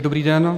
Dobrý den.